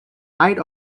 height